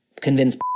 convince